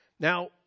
Now